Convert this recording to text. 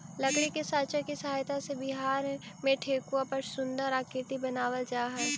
लकड़ी के साँचा के सहायता से बिहार में ठेकुआ पर सुन्दर आकृति बनावल जा हइ